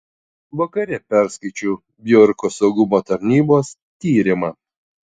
vakare perskaičiau bjorko saugumo tarnybos tyrimą